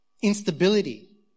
Instability